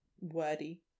wordy